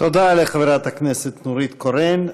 תודה לחברת הכנסת נורית קורן.